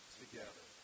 together